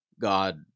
God